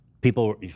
People